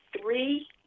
three